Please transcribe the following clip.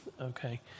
Okay